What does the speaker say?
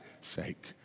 sake